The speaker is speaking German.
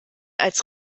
als